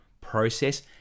process